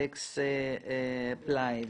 אלכס בליי.